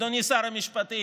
אדוני שר המשפטים.